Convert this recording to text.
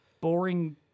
boring